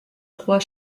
trois